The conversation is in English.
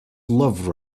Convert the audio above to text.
love